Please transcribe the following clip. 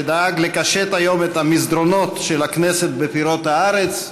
שדאג לקשט היום את המסדרונות של הכנסת בפירות הארץ,